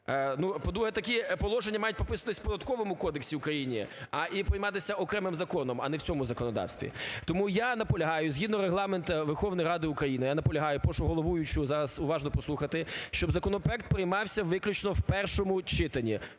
по-друге, такі положення мають прописуватися в Податковому кодексі України і прийматися окремим законом, а не в цьому законодавстві. Тому я наполягаю згідно Регламенту Верховної Ради України, я наполягаю й прошу головуючого зараз уважно послухати, щоб законопроект приймався виключно в першому читанні.